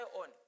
on